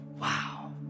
Wow